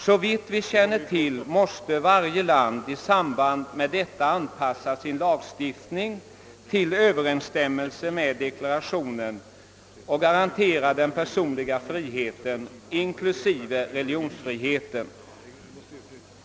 Såvitt vi känner till måste varje land i samband med detta anpassa sin lagstiftning till överensstämmelse med deklarationen och garantera den personliga friheten, inklusive religionsfriheten.